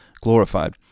glorified